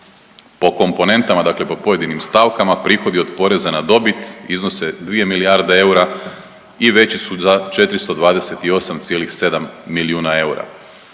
po komponentama dakle po pojedinim stavkama prihodi od poreza na dobit iznose 2 milijarde eura i veći su za 428,7 milijuna eura.